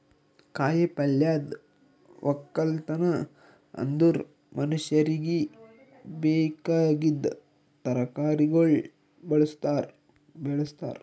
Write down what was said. ಕಾಯಿ ಪಲ್ಯದ್ ಒಕ್ಕಲತನ ಅಂದುರ್ ಮನುಷ್ಯರಿಗಿ ಬೇಕಾಗಿದ್ ತರಕಾರಿಗೊಳ್ ಬೆಳುಸ್ತಾರ್